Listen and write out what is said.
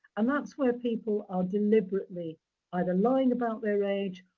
and that's where people are deliberately either lying about their age,